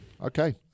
Okay